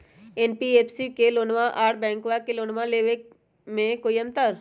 NBFC से लोनमा आर बैंकबा से लोनमा ले बे में कोइ अंतर?